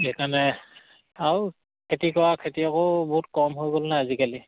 সেইকাৰণে আৰু খেতি কৰা খেতিয়কো বহুত কম হৈ গ'ল ন আজিকালি